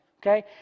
Okay